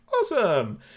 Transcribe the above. Awesome